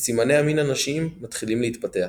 וסימני המין הנשיים מתחילים להתפתח.